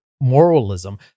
moralism